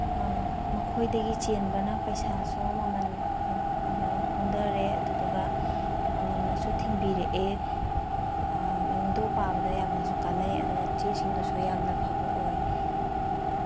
ꯃꯈꯣꯏꯗꯒꯤ ꯆꯦꯟꯕꯅ ꯄꯩꯁꯥꯁꯨ ꯃꯃꯟ ꯍꯣꯡꯊꯔꯦ ꯑꯗꯨꯗꯨꯒ ꯉꯟꯅꯁꯨ ꯊꯤꯟꯕꯤꯔꯛꯑꯦ ꯑꯗꯣ ꯄꯥꯕꯗ ꯌꯥꯝꯅꯁꯨ ꯀꯥꯟꯅꯩ ꯑꯗꯨꯒ ꯆꯦꯁꯤꯡꯗꯨꯁꯨ ꯌꯥꯝꯅ ꯐꯕ ꯑꯣꯏ